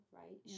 right